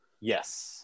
yes